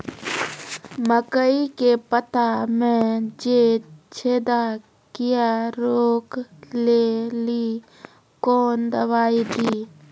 मकई के पता मे जे छेदा क्या रोक ले ली कौन दवाई दी?